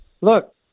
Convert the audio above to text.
look